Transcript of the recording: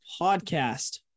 Podcast